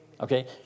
Okay